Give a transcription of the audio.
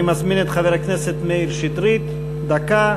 אני מזמין את חבר הכנסת מאיר שטרית, דקה,